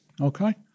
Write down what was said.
Okay